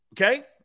Okay